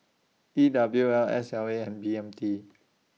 E W L S L A and B M T